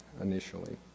initially